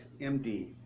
MD